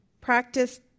Practice